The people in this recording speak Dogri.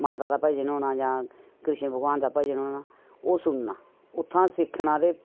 माता दा भजन होना जां कृष्ण भगवान दा भजन होना ओह् सुनना उत्थुआं सिक्खना ते